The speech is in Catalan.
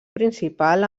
principal